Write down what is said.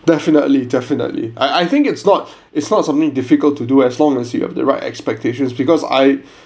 definitely definitely I I think it's not it's not something difficult to do as long as you have the right expectations because I